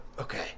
Okay